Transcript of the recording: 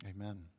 Amen